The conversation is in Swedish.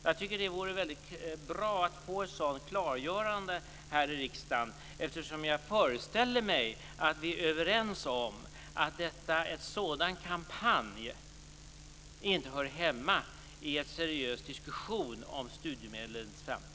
Jag tycker att det vore väldigt bra att få ett sådant klargörande här i riksdagen eftersom jag föreställer mig att vi är överens om att en sådan kampanj inte hör hemma i en seriös diskussion om studiemedlens framtid.